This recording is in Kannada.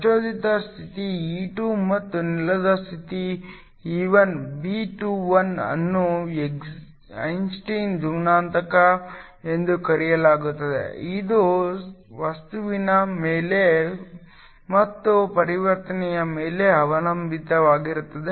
ಪ್ರಚೋದಿತ ಸ್ಥಿತಿ E2 ಮತ್ತು ನೆಲದ ಸ್ಥಿತಿ E1 B21 ಅನ್ನು ಐನ್ಸ್ಟೈನ್ ಗುಣಾಂಕ ಎಂದು ಕರೆಯಲಾಗುತ್ತದೆ ಇದು ವಸ್ತುವಿನ ಮೇಲೆ ಮತ್ತು ಪರಿವರ್ತನೆಯ ಮೇಲೆ ಅವಲಂಬಿತವಾಗಿರುತ್ತದೆ